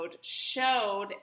showed